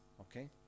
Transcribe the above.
Okay